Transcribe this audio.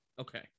Okay